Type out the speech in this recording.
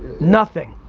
nothing.